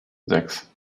sechs